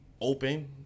open